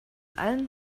allen